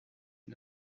est